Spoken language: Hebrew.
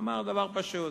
הוא אמר דבר פשוט: